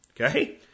okay